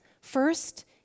First